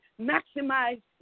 maximize